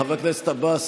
חבר הכנסת עבאס,